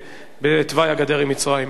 בתוואי הגדר עם מצרים.